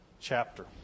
chapter